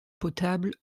potable